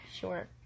Sure